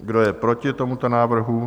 Kdo je proti tomuto návrhu?